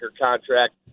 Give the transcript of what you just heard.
contract